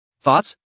Thoughts